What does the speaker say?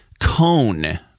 Cone